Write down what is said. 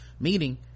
meaning